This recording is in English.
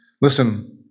Listen